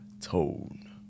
tone